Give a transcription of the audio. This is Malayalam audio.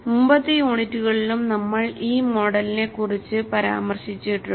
മുമ്പത്തെ യൂണിറ്റുകളിലും നമ്മൾ ഈ മോഡലിനെ കുറിച്ച് പരാമർശിച്ചിട്ടുണ്ട്